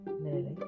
nearly